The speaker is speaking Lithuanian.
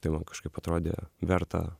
tai man kažkaip atrodė verta